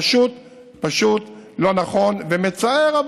זה פשוט לא נכון ומצער.